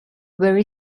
very